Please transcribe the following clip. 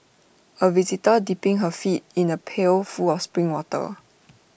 A visitor dipping her feet in the pail full of spring water